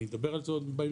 אני אדבר על זה עוד בהמשך,